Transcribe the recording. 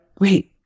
wait